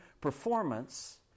performance